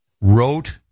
wrote